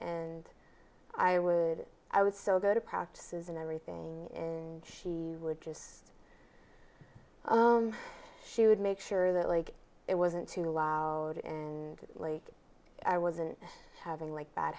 and i would i would still go to practices and everything in she would just she would make sure that like it wasn't too loud and like i wasn't having like bad